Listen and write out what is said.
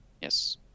yes